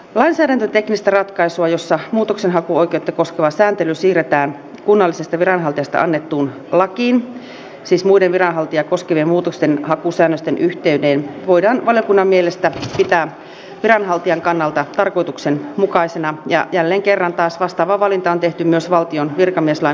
lainsäädäntöteknistä ratkaisua jossa muutoksenhakuoikeutta koskeva sääntely siirretään kunnallisesta viranhaltijasta annettuun lakiin siis muiden viranhaltijaa koskevien muutoksenhakusäännösten yhteyteen voidaan valiokunnan mielestä pitää viranhaltijan kannalta tarkoituksenmukaisena ja jälleen kerran taas vastaava valinta on tehty myös valtion virkamieslain muutoksessa